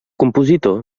compositor